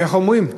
איך אומרים?